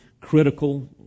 critical